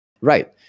right